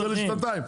זה לשנתיים.